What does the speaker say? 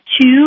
two